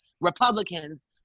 Republicans